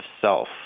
self